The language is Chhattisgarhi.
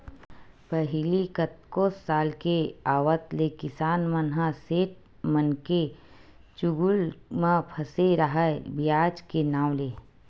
पहिली कतको साल के आवत ले किसान मन ह सेठ मनके चुगुल म फसे राहय बियाज के नांव ले